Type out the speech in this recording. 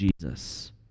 Jesus